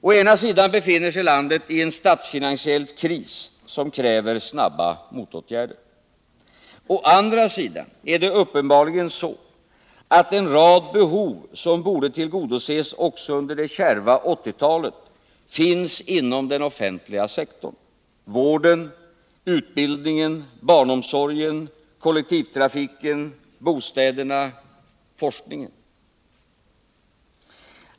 Å ena sidan befinner sig landet i en statsfinansiell kris, som kräver snabba motåtgärder. Å andra sidan är det uppenbarligen så, att en rad behov som borde tillgodoses också under det kärva 1980-talet finns inom den offentliga sektorn — vården, utbildningen, barnomsorgen, kollektivtrafiken, bostäderna, forskningen.